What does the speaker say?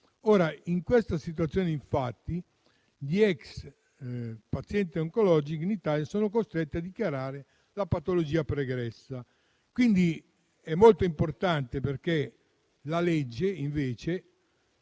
In queste situazioni infatti gli ex pazienti oncologici in Italia sono costretti a dichiarare la patologia pregressa. È molto importante che la legge riconosca